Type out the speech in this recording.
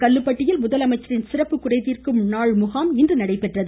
கல்லுப்பட்டியில் முதலமைச்சரின் சிறப்பு குறைதீர்க்கும் நாள் முகாம் இன்று நடைபெற்றது